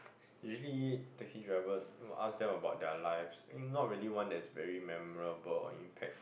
usually taxi drivers will ask them about their lives think not really one that's very memorable or impactful